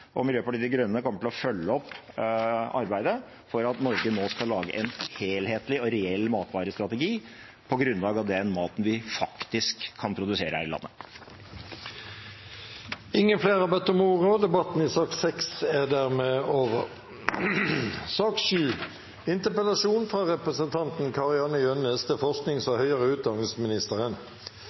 Miljøpartiet De Grønne kommer til å følge opp arbeidet for at Norge nå skal lage en helhetlig og reell matvarestrategi på grunnlag av den maten vi faktisk kan produsere her i landet. Flere har ikke bedt om ordet til sak nr. 6. Referanse til votering Forskning er spennende og viktig – for mange er